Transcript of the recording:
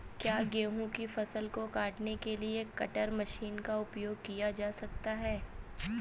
क्या गेहूँ की फसल को काटने के लिए कटर मशीन का उपयोग किया जा सकता है?